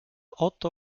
oto